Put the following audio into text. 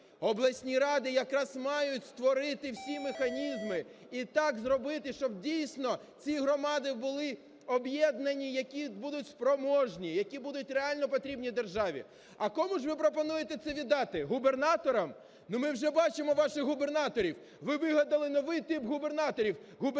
Обласні ради якраз мають створити всі механізми і так зробити, щоб, дійсно, ці громади були об'єднані, які будуть спроможні, які будуть реально потрібні державі. А кому ж ви пропонуєте це віддати: губернаторам? Ми вже бачимо ваших губернаторів. Ви вигадали новий тип губернаторів